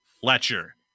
Fletcher